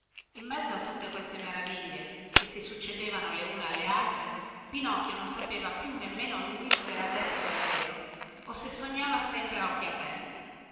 in mezzo a tutte queste meraviglie che si succedevano le une alle altre pinocchio non sapeva più nemmeno lui se era desto davvero o se sognava sempre a occhi aperti